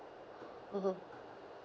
mmhmm